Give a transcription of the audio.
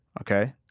Okay